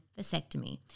vasectomy